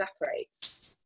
evaporates